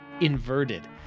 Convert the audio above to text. inverted